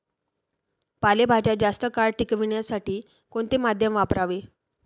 पालेभाज्या जास्त काळ टिकवण्यासाठी कोणते माध्यम वापरावे?